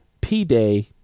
P-Day